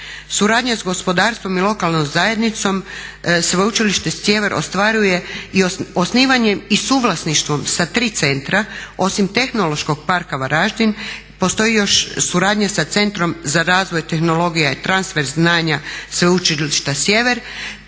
Suradnju s gospodarstvom i lokalnom zajednicom Sveučilište Sjever ostvaruje i osnivanjem i suvlasništvom sa 3 centra. Osim Tehnološkog parka Varaždin postoji još suradnja sa Centrom za razvoj tehnologija i transfer znanja Sveučilišta Sjever